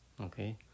Okay